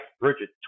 Bridget